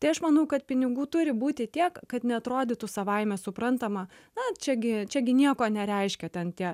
tai aš manau kad pinigų turi būti tiek kad neatrodytų savaime suprantama na čiagi čiagi nieko nereiškia ten tie